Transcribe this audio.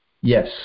Yes